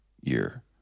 year